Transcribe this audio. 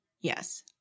Yes